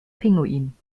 pinguin